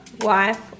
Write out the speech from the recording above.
wife